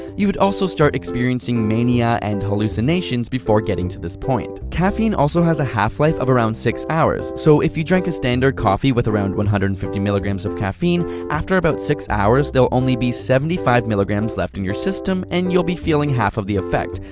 you'd also start experiencing mania and hallucinations before getting to this point. caffeine also has a halflife of around six hours so if you drank a standard coffee with around one hundred and fifty mg so of caffeine, after about six hours there will only be seventy five mg left in your system and you'll be feeling half of the effect.